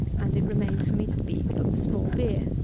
and it remains for me to speak of the small beer.